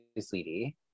sweetie